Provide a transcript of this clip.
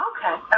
Okay